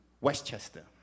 Westchester